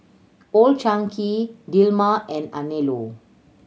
Old Chang Kee Dilmah and Anello